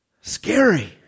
scary